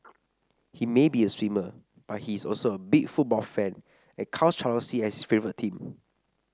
he may be a swimmer but he is also a big football fan and counts Chelsea as his favourite team